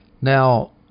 Now